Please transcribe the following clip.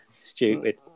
stupid